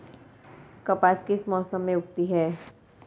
कपास किस मौसम में उगती है?